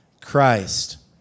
Christ